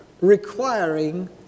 requiring